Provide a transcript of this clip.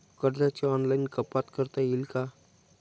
कर्जाची ऑनलाईन कपात करता येईल का?